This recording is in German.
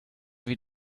wie